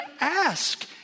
ask